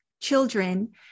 children